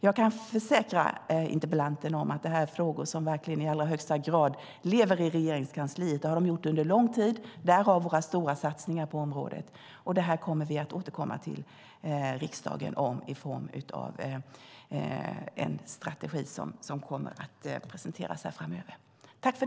Jag kan försäkra interpellanten att det här är frågor som verkligen i allra högsta grad lever i Regeringskansliet. Det har de gjort under lång tid, därav våra stora satsningar på området. Det här kommer vi att återkomma till riksdagen om i form av en strategi som kommer att presenteras framöver.